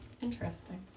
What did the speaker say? Interesting